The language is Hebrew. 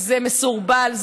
זה מסורבל,